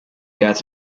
gas